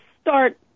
start